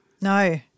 No